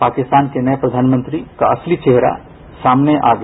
पाकिस्तान ने नये प्रघानमंत्री का असली चेहरा सामने आ गया